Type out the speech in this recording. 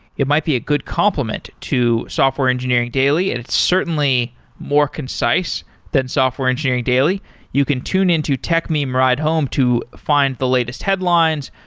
it might be a good complement to software engineering daily and it's certainly more concise than software engineering daily you can tune in to techmeme ride home to find the latest headlines,